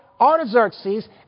Artaxerxes